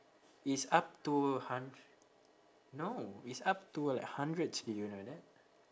it's up to hundr~ no it's up to like hundreds do you know that